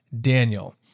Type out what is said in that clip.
Daniel